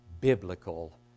biblical